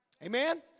Amen